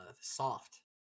soft